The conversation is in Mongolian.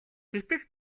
гэтэл